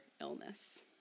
illness